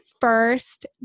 first